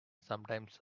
sometimes